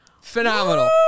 Phenomenal